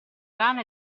rana